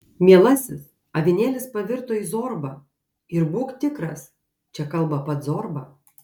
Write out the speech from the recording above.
mielasis avinėlis pavirto į zorbą ir būk tikras čia kalba pats zorba